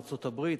ארצות-הברית,